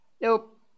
Nope